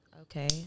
okay